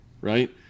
right